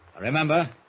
Remember